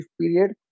period